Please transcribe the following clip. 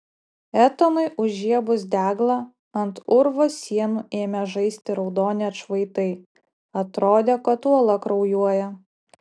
etanui užžiebus deglą ant urvo sienų ėmė žaisti raudoni atšvaitai atrodė kad uola kraujuoja